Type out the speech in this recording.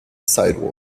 sidewalk